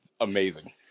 amazing